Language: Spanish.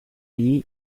allí